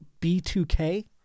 B2K